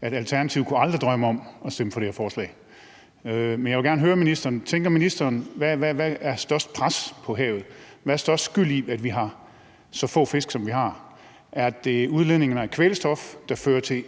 med, at Alternativet aldrig kunne drømme om at stemme for det her forslag. Men jeg vil gerne høre ministeren, hvad ministeren tænker er det største pres på havet, og hvad der er mest skyld i, at vi har så få fisk, som vi har. Er det udledningerne af kvælstof, der fører til